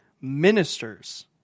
ministers